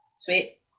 Sweet